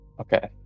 Okay